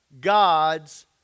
God's